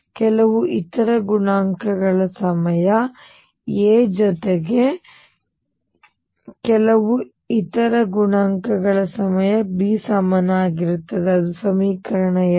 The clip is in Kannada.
ಕೆಲವು ಇತರ ಗುಣಾಂಕಗಳ ಸಮಯ A ಜೊತೆಗೆ ಕೆಲವು ಇತರ ಗುಣಾಂಕಗಳ ಸಮಯ B ಸಮನಾಗಿರುತ್ತದೆ ಅದು ನನ್ನ ಸಮೀಕರಣ 2